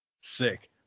Sick